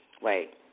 wait